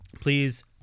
please